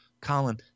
Colin